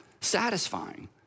satisfying